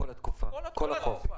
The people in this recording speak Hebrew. כל התקופה.